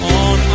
on